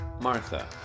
Martha